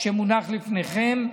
שמונח לפניכם,